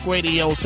Radio